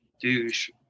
douche